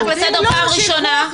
הנתונים והיא לא זאת שיכולה להמליץ על